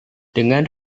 dengan